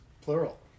Plural